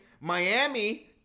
Miami